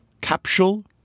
capsule